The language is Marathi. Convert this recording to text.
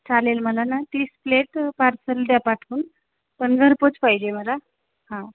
चालेल मला ना तीस प्लेट पार्सल द्या पाठवून पण घरपोच पाहिजे मला हा